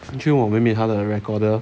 追追我妹妹她的 recorder